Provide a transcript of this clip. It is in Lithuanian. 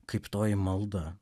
kaip toji malda